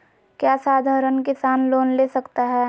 क्या साधरण किसान लोन ले सकता है?